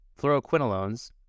fluoroquinolones